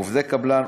עובדי קבלן,